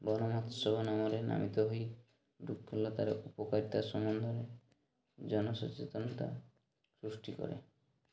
ବନ ମୋହତ୍ସବ ନାମରେ ନାମିତ ହୋଇ ବୃକ୍ଷଲତାରେ ଉପକାରିତା ସମ୍ବନ୍ଧରେ ଜନ ସଚେତନତା ସୃଷ୍ଟି କରେ